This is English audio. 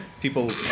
people